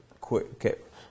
quick